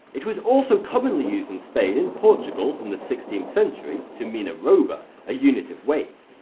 it was also commonly used in spain and portugal from the sixteenth century to mean arroba, a unit of weight.